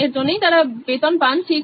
এর জন্যই তারা বেতন পান ঠিক